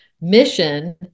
mission